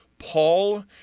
Paul